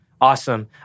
Awesome